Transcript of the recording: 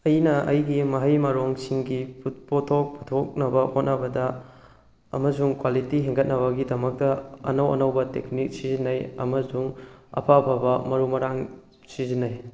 ꯑꯩꯅ ꯑꯩꯒꯤ ꯃꯍꯩ ꯃꯔꯣꯡꯁꯤꯡꯒꯤ ꯄꯣꯊꯣꯛ ꯄꯨꯊꯣꯛꯅꯕ ꯍꯣꯠꯅꯕꯗ ꯑꯃꯁꯨꯡ ꯀ꯭ꯋꯥꯂꯤꯇꯤ ꯍꯦꯟꯒꯠꯅꯕꯒꯤꯗꯃꯛꯇ ꯑꯅꯧ ꯑꯅꯧꯕ ꯇꯦꯛꯅꯤꯛ ꯁꯤꯖꯤꯟꯅꯩ ꯑꯃꯁꯨꯡ ꯑꯐ ꯑꯐꯕ ꯃꯔꯨ ꯃꯔꯥꯡ ꯁꯤꯖꯤꯟꯅꯩ